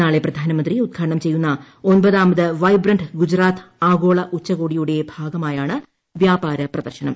നാളെ പ്രധാനമന്ത്രി ഉദ്ഘാടനം ചെയ്യുന്ന ഒൻപതാമത് വൈബ്രന്റ് ഗുജറാത്ത് ആഗോള ഉച്ചകോടിയുടെ ഭാഗമാണ് വ്യാപാര പ്രദർശനം